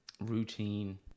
routine